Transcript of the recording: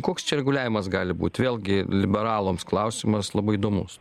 koks čia reguliavimas gali būt vėlgi liberalams klausimas labai įdomus